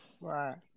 Right